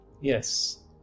Yes